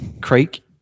Creek